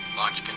launch but